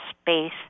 space